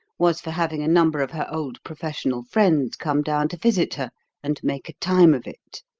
was for having a number of her old professional friends come down to visit her and make a time of it,